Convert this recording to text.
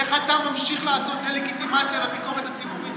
איך אתה ממשיך לעשות דה-לגיטימציה לביקורת הציבורית הזאת?